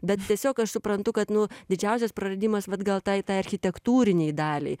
bet tiesiog aš suprantu kad nu didžiausias praradimas vat gal tai tai architektūrinei daliai